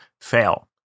fail